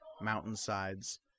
mountainsides